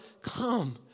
come